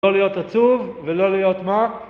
לא להיות עצוב, ולא להיות מה?